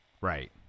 Right